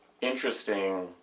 interesting